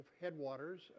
headwaters